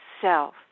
self